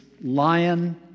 lion